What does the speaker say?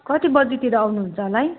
कति बजीतिर आउनुहुन्छ होला है